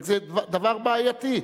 רק שזה דבר בעייתי.